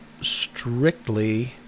strictly